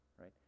right